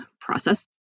process